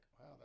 wow